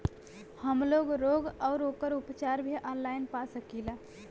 हमलोग रोग अउर ओकर उपचार भी ऑनलाइन पा सकीला?